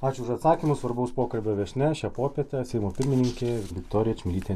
ačiū už atsakymą svarbaus pokalbio viešnia šią popietę seimo pirmininkė viktorija čmilytė